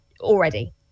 already